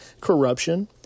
corruption